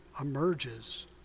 emerges